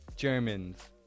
Germans